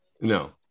no